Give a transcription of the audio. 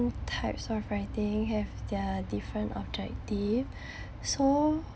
types of writing have their different objective so